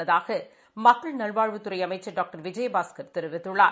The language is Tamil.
உள்ளதாகமக்கள் நல்வாழ்வுத்துறைஅமைச்ச் டாக்டர் விஜயபாஸ்கர் தெரிவித்துள்ளார்